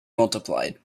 multiplied